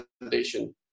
foundation